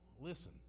listen